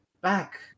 back